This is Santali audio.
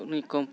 ᱟᱹᱰᱤ ᱠᱚᱢ